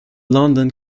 london